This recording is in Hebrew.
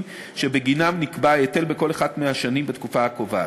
שבגינם נקבע ההיטל בכל אחת מהשנים בתקופה הקובעת.